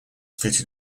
fitted